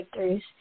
breakthroughs